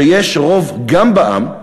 שיש רוב גם בעם,